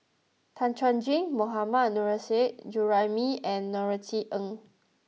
Tan Chuan Jin Mohammad Nurrasyid Juraimi and Norothy Ng